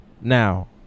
Now